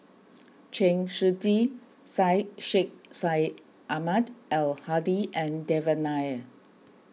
Chen Shiji Syed Sheikh Syed Ahmad Al Hadi and Devan Nair